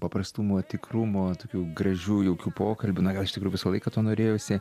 paprastumo tikrumo tokių gražių jaukių pokalbių na gal iš tikrųjų visą laiką to norėjosi